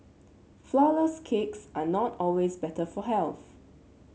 flourless cakes are not always better for health